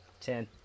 Ten